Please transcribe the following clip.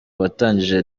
watangije